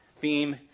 theme